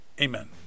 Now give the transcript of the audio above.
Amen